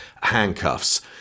handcuffs